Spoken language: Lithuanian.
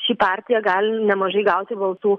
ši partija gali nemažai gauti balsų